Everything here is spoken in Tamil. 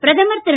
பிரதமர் திரு